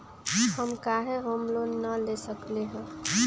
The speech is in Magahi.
हम काहे होम लोन न ले सकली ह?